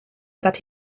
that